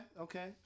okay